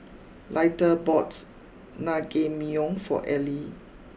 Leitha bought Naengmyeon for Eli